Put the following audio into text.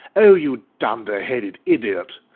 oh, you dunder-headed idiot,